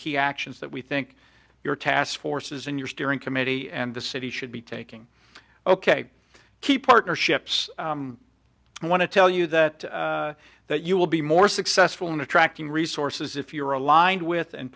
key actions that we think your task forces and your steering committee and the city should be taking ok key partnerships and want to tell you that that you will be more successful in attracting resources if you are aligned with and